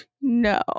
no